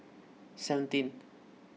seventeenth